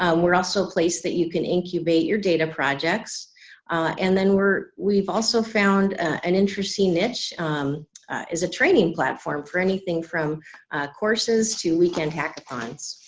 um we're also a place that you can incubate your data projects and then we're we've also found an interesting niche as a training platform for anything from courses to weekend hackathons.